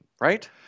right